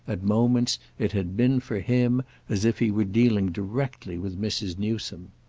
at moments, it had been for him as if he were dealing directly with mrs. newsome.